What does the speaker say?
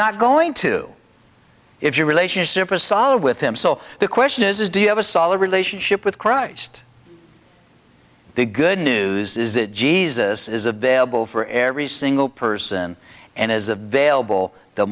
not going to if your relationship was solid with him so the question is do you have a solid relationship with christ the good news is that jesus is available for every single person and as a v